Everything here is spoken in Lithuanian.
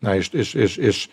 na iš iš iš iš